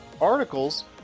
articles